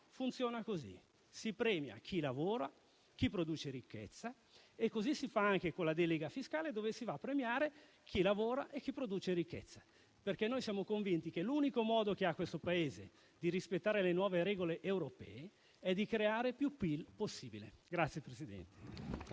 funziona così: si premia chi lavora e chi produce ricchezza. E così si fa anche con la delega fiscale, dove si va a premiare chi lavora e chi produce ricchezza. Noi siamo convinti che l'unico modo che ha questo Paese di rispettare le nuove regole europee è di creare più PIL possibile.